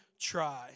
try